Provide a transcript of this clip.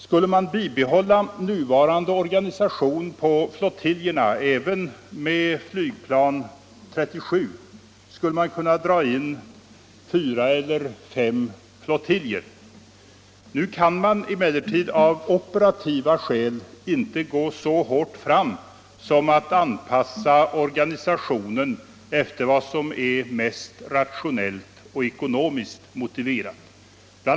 Skulle man bibehålla nuvarande organisation på flottiljerna även med Flygplan 37, så skulle man kunna dra in fyra eller fem flottiljer. Nu kan man emellertid inte av operativa skäl gå så hårt fram som att anpassa organisationen efter vad som är mest rationellt och ekonomiskt motiverat. Bl.